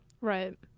Right